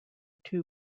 two